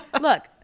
look